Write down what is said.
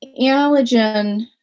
allergen